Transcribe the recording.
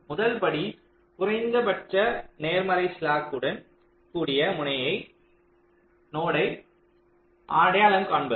முதல் படி குறைந்தபட்ச நேர்மறை ஸ்லாக் உடன் கூடிய முனையை நோ டை அடையாளம் காண்பது